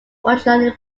originally